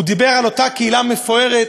הוא דיבר על אותה קהילה מפוארת,